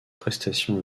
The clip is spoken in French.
prestations